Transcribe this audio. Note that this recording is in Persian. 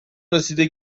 رسیده